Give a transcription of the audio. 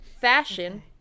Fashion